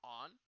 on